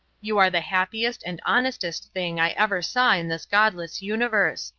you are the happiest and honestest thing i ever saw in this godless universe.